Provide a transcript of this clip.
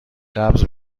قبض